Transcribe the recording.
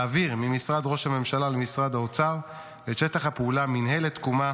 להעביר ממשרד ראש הממשלה למשרד האוצר את שטח הפעולה: מינהלת תקומה,